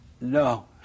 No